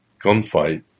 gunfight